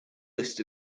list